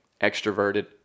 extroverted